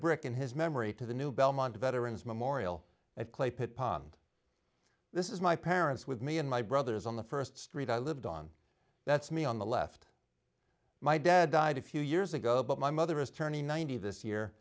brick in his memory to the new belmont veterans memorial and this is my parents with me and my brothers on the st street i lived on that's me on the left my dad died a few years ago but my mother is turning ninety this year